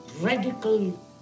radical